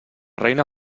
reina